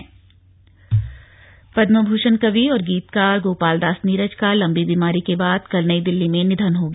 निधन पद्मभूषण कवि और गीतकर गोपाल दास नीरज का लम्बी बीमारी के बाद कल नई दिल्ली में निधन हो गया